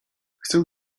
chcę